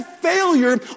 failure